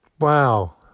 Wow